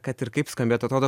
kad ir kaip skambėtų atrodo